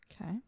okay